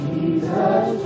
Jesus